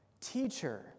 Teacher